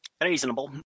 reasonable